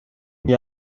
n’y